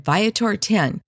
Viator10